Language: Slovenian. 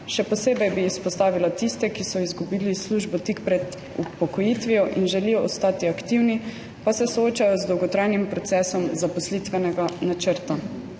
Še posebej bi izpostavila tiste, ki so izgubili službo tik pred upokojitvijo in želijo ostati aktivni, pa se soočajo z dolgotrajnim procesom zaposlitvenega načrta.